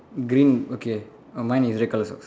green okay oh mine is red colour socks